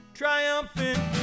triumphant